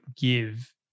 give